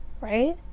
Right